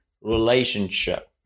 relationship